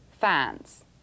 fans